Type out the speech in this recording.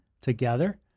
together